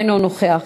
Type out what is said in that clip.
אינו נוכח,